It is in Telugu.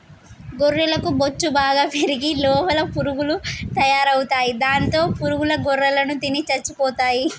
గొర్రెలకు బొచ్చు బాగా పెరిగి లోపల పురుగులు తయారవుతాయి దాంతో పురుగుల గొర్రెలను తిని చచ్చిపోతాయి